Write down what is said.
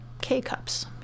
K-cups